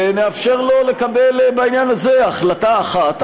ונאפשר לו לקבל בעניין הזה החלטה אחת,